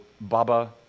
Baba